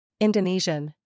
Indonesian